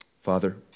Father